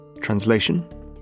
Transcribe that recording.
Translation